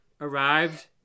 arrived